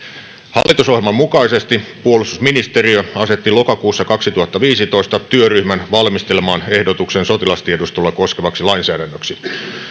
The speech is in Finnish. hallitusohjelman mukaisesti puolustusministeriö asetti lokakuussa kaksituhattaviisitoista työryhmän valmistelemaan ehdotuksen sotilastiedustelua koskevaksi lainsäädännöksi